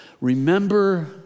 Remember